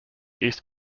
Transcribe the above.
east